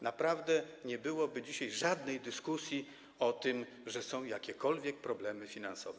Naprawdę nie byłoby dzisiaj żadnej dyskusji o tym, że są jakiekolwiek problemy finansowe.